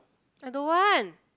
I don't want